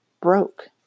broke